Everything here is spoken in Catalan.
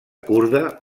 kurda